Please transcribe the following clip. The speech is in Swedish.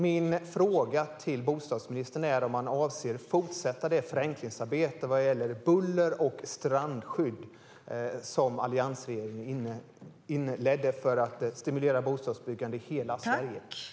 Min fråga till bostadsministern är om han avser att fortsätta det förenklingsarbete vad gäller buller och strandskydd som alliansregeringen inledde för att stimulera bostadsbyggande i hela Sverige.